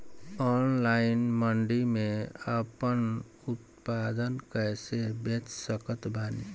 Online मंडी मे आपन उत्पादन कैसे बेच सकत बानी?